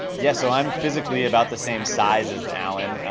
yeah, so, i'm physically about the same size as alan.